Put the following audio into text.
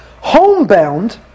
Homebound